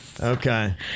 Okay